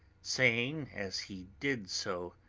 saying as he did so,